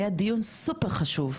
היה דיון סופר חשוב,